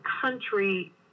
country